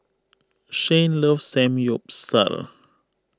Shane loves Samgyeopsal